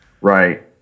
Right